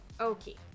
Okay